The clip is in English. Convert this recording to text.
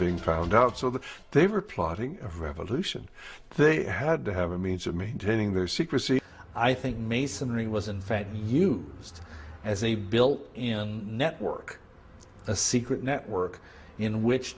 being found out so that they were plotting of revolution they had to have a means of maintaining their secrecy i think masonry was in fact you used as a built in network a secret network in which